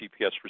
GPS